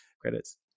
credits